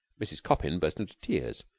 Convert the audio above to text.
mrs. coppin burst into tears,